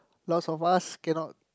lots of us cannot